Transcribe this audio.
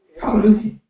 Hallelujah